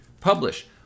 Publish